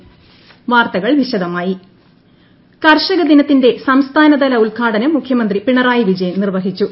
ഹ് കർഷകദിനം കർഷക ദിനത്തിന്റെ സംസ്ഥാനതല ഉദ്ഘാടനം മുഖ്യമന്ത്രി പിണറായി വിജയൻ നിർവഹിച്ചു